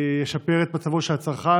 שישפר את מצבו של הצרכן,